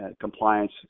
compliance